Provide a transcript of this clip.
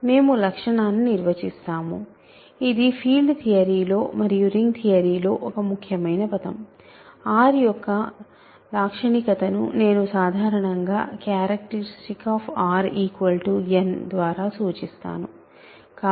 మేము లాక్షణికతను నిర్వచిస్తాము ఇది ఫీల్డ్ థియరీ లో మరియు రింగ్ థియరీలో ఒక ముఖ్యమైన పదం R యొక్క లాక్షణికతను నేను సాధారణంగా char n ద్వారా సూచిస్తాను